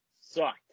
sucked